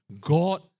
God